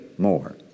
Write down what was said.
more